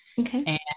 Okay